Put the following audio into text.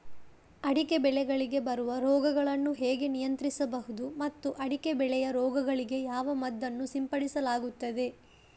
ಅಡಿಕೆ ಬೆಳೆಗಳಿಗೆ ಬರುವ ರೋಗಗಳನ್ನು ಹೇಗೆ ನಿಯಂತ್ರಿಸಬಹುದು ಮತ್ತು ಅಡಿಕೆ ಬೆಳೆಯ ರೋಗಗಳಿಗೆ ಯಾವ ಮದ್ದನ್ನು ಸಿಂಪಡಿಸಲಾಗುತ್ತದೆ?